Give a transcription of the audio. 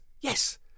yes